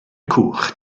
cwch